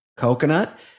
coconut